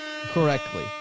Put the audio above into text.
correctly